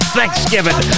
Thanksgiving